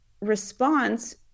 response